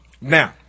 Now